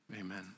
amen